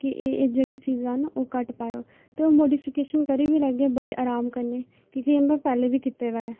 ते एह् एह् जेह्डि़यां चीजां न घट्ट पाएओ ते ओह् मोडीफिकेश करी बी लैगे बड़े अराम कन्नै कि के एह् मैं पैह्ले बी कीते दा ऐ